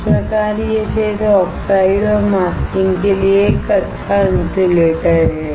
इस प्रकार यह क्षेत्र आक्साइड और मास्किंग के लिए एक अच्छा इन्सुलेटर है